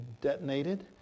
detonated